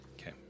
Okay